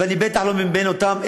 ואני בטח לא מבין אותם,